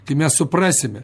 kai mes suprasime